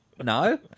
No